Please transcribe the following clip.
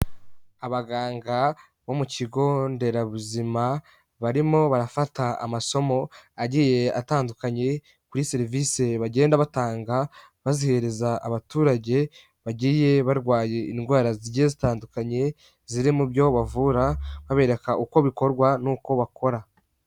Abaganga bo mu kigo nderabuzima, barimo barafata amasomo agiye atandukanye kuri serivisi bagenda batanga bazihereza abaturage bagiye barwaye indwara zigiye zitandukanye, ziri mu byo bavura, babereka uko bikorwa n'uko bakora.